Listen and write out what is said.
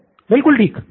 pro बाला बिलकुल ठीक